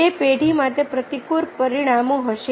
તે પેઢી માટે પ્રતિકૂળ પરિણામો હશે